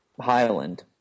Highland